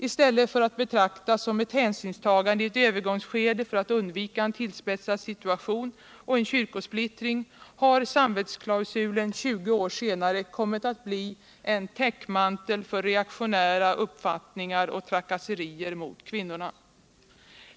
I stället för att betraktas som ett hänsynstagande i ett övergångsskede för att undvika en tillspetsad situation och en Kkyrkosplittring har samvetsklausulen 20 år senare kommit att bli en täckmantel för reaktionära uppfattningar och trakasserier mot kvinnorna.